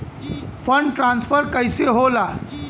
Fund transfer कैसे होला?